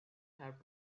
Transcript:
have